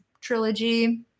trilogy